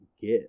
get